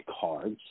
cards